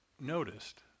noticed